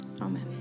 Amen